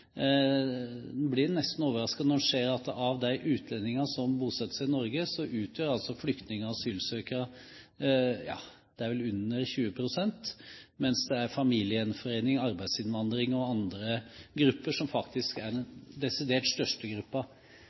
En blir nesten overrasket når en ser at av de utlendingene som bosetter seg i Norge, utgjør vel flyktninger og asylsøkere under 20 pst. er det vel, mens det er familiegjenforening, arbeidsinnvandring og andre grupper som er den desidert største